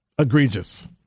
Egregious